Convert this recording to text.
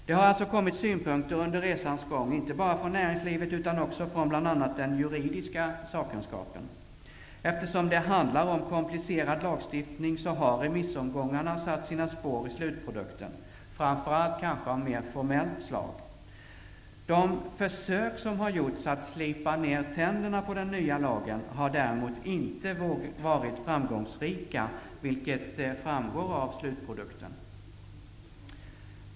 Det har alltså kommit synpunkter under resans gång, inte bara från näringslivet utan också från bl.a. den juridiska sakkunskapen. Eftersom det handlar om en komplicerad lagstiftning har remissomgångarna satt sina spår i slutprodukten, framför allt kanske av mer formellt slag. De försök som har gjorts att ''slipa ner tänderna'' på den nya lagen har däremot inte varit framgångsrika! Detta framgår av slutprodukten.